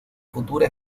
futura